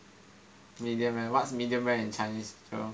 medium rare what's medium rare in chinese Jerome